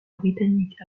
britannique